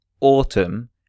autumn